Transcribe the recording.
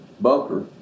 bunker